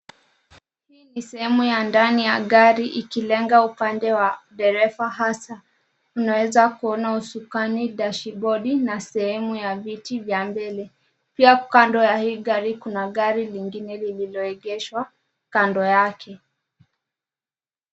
Hii ni sehemu ya ndani ya gari ikilenga upande wa dereva hasa. Unaweza kuona usukani, dashibodi, na sehemu ya viti vya mbele. Pia kando ya hii gari kuna gari lingine lililoegeshwa kando yake.